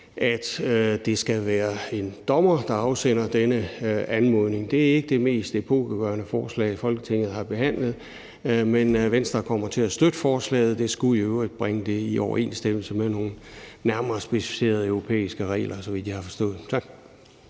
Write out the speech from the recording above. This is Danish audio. at det skal være en dommer, der afsender denne anmodning. Det er ikke det mest epokegørende forslag, Folketinget har behandlet, men Venstre kommer til at støtte forslaget; det skulle i øvrigt bringe det i overensstemmelse med nogle nærmere specificerede europæiske regler, så vidt jeg har forstået. Tak.